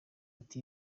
ati